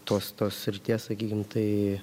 tos tos srities sakykim tai